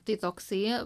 tai toksai